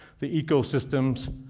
the ecosystems.